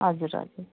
हजुर हजुर